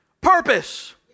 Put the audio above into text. Purpose